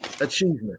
achievement